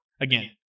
again